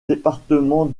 département